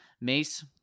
Mace